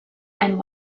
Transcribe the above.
and